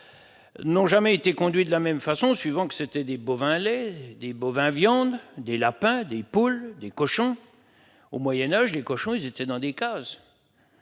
n'ont jamais été conduits de la même façon selon qu'il s'agissait de bovins lait, de bovins viande, de lapins, de poules, de cochons ... Au Moyen Âge, les porcs vivaient dans des cases,